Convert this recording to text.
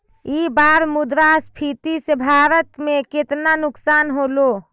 ई बार मुद्रास्फीति से भारत में केतना नुकसान होलो